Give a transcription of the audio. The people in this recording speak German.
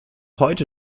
heute